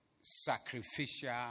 sacrificial